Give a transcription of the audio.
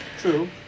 True